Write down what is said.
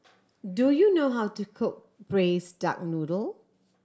do you know how to cook braise duck noodle